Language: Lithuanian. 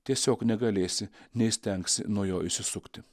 tiesiog negalėsi neįstengsi nuo jo išsisukti